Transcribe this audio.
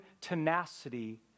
tenacity